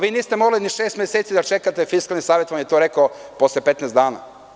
Vi niste morali ni šest meseca da čekate, Fiskalni savet vam je to rekao posle 15 dana.